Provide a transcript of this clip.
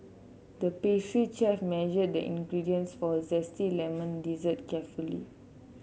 the pastry chef measured the ingredients for a zesty lemon dessert carefully